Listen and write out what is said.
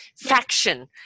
faction